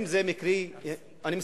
אני מסיים.